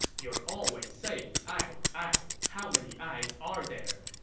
you're always saying ai ai how many ai's are there?